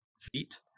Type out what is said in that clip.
feet